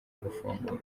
gufungurwa